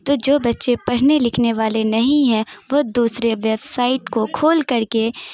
تو جو بچّے پڑھنے لکھنے والے نہیں ہیں وہ دوسرے ویب سائٹ کو کھول کر کے